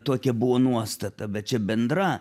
tokia buvo nuostata bet čia bendra